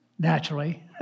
Naturally